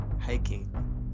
Hiking